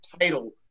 title